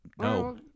no